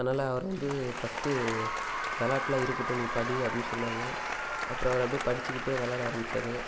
அதனால அவரை வந்து ஃபர்ஸ்ட்டு விளையாட்டுலாம் இருக்கட்டும் நீ படி அப்படின்னு சொன்னாங்க அப்புறம் அவர் அப்படியே படிச்சிக்கிட்டே விளையாட ஆரம்பிச்சார்